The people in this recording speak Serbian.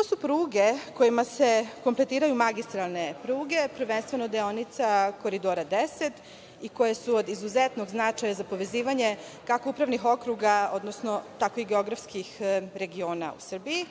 su pruge kojima se kompletiraju magistralne pruge, prvenstveno deonica Koridora 10, i koje su od izuzetnog značaja za povezivanja kako upravnih okruga, odnosno tako i geografskih regiona u Srbiji.